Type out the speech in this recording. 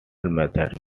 methods